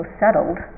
settled